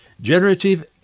Generative